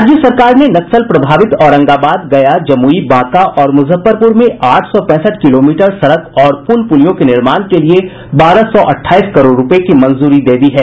राज्य सरकार ने नक्सल प्रभावित औरंगाबाद गया जमुई बांका और मुजफ्फरपुर में आठ सौ पैंसठ किलोमीटर सड़क और पुल पुलियों के निर्माण के लिये बारह सौ अठाईस करोड़ रूपये की मंजूरी दे दी है